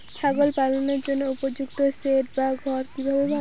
ছাগল পালনের জন্য উপযুক্ত সেড বা ঘর কিভাবে বানাবো?